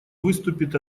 выступит